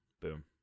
Boom